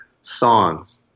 songs